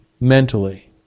mentally